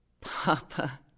Papa